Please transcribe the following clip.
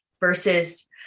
versus